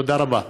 תודה רבה.